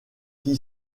qui